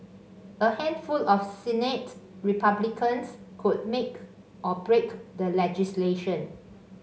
a handful of Senate Republicans could make or break the legislation